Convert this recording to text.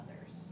others